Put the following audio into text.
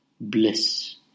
Bliss